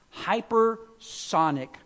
Hypersonic